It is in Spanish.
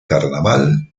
carnaval